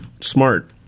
smart